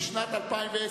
לשנת 2010,